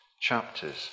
chapters